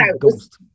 ghost